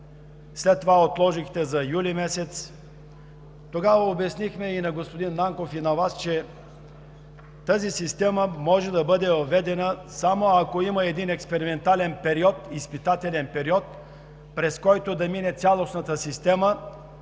след това отложихте за юли месец. Тогава обяснихме и на господин Нанков, и на Вас, че тази система може да бъде въведена само ако има един експериментален период, изпитателен период, през който да мине цялостната система,